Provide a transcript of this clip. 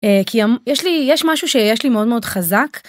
כי יש לי יש משהו שיש לי מאוד מאוד חזק.